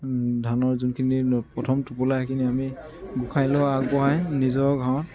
ধানৰ যোনখিনি ন প্ৰথম টোপোলা সেইখিনি আমি গোসাঁইলৈ আগবঢ়াই নিজৰ গাঁৱত